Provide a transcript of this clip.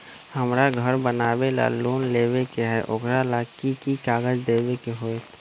हमरा घर बनाबे ला लोन लेबे के है, ओकरा ला कि कि काग़ज देबे के होयत?